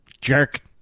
jerk